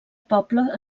poble